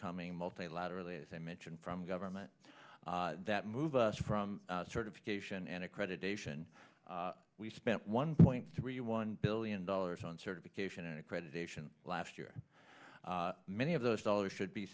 coming multilaterally as i mentioned from government that move us from certification and accreditation we spent one point three one billion dollars on certification and accreditation last year many of those dollars should be